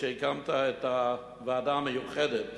כשהקמת את הוועדה המיוחדת